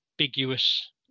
ambiguous